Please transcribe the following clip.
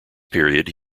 period